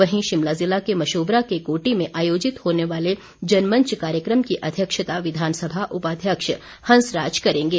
वहीं शिमला जिले के मशोबरा के कोटी में आयोजित होने वाले जनमंच कार्यक्रम की अध्यक्षता विधानसभा उपाध्यक्ष हंसराज करेंगे